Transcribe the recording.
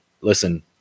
listen